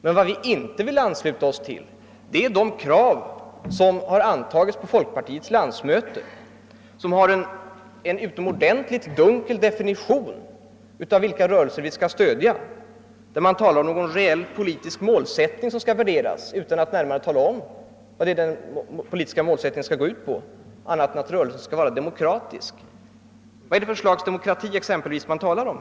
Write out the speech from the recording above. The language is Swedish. Men vad vi inte vill ansluta oss till är de krav som antagits på folkpartiets landsmöte och där man bl.a. har en utomordentligt dunkel definition beträffande vilka rörelser vi bör stödja. Man talar om vilka reella politiska målsättningar som krävs av rörelserna utan att närmare nämna vad målsättningarna skall gå ut på i annat hänseende än att rörelserna skall vara demokratiska. Vad är det för slags demokrati man talar om? Det sägs inget om.